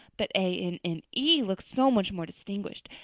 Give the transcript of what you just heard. but a n n e looks so much more distinguished.